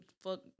fuck